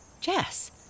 Jess